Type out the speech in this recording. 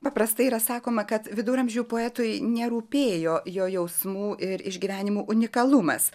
paprastai yra sakoma kad viduramžių poetui nerūpėjo jo jausmų ir išgyvenimų unikalumas